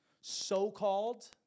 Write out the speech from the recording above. so-called